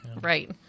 Right